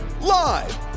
Live